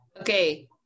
Okay